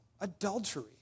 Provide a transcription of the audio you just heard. adultery